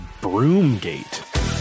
Broomgate